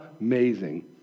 Amazing